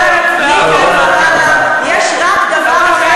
והלאה: בידיים האלה תהיה נתונה כל אישה,